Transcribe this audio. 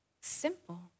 Simple